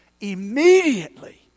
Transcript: Immediately